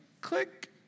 click